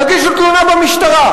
תגישו תלונה במשטרה.